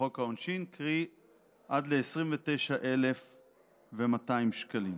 לחוק העונשין, קרי עד ל-29,200 שקלים.